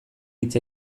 hitz